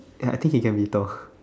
ya I think he can be Thor